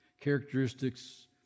characteristics